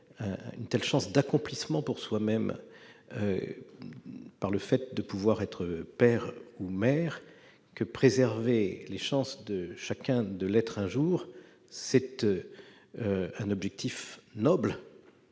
une telle chance d'accomplissement pour soi-même, dans le fait de pouvoir être père ou mère, que préserver les chances de chacun de l'être un jour est un objectif noble.